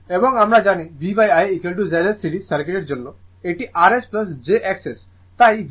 এবং আমরা জানি VI Z S সিরিজ সার্কিটের জন্য এটি rs jXS তাই VIrs jIXS